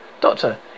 Doctor